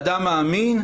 אדם מאמין,